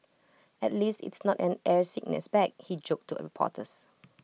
at least it's not an air sickness bag he joked to reporters